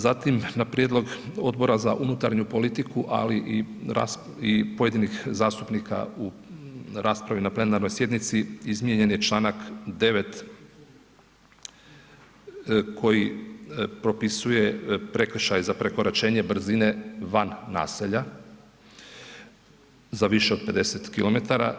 Zatim na prijedlog Odbora za unutarnju politiku, ali i pojedinih zastupnika u raspravi na plenarnoj sjednici izmijenjen je Članak 9. koji propisuje prekršaj za prekoračenje brzine van naselja za više od 50 km.